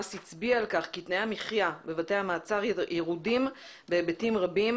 הצביע על כך כי תנאי המחיה בבתי המעצר ירודים בהיבטים רבים,